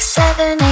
seven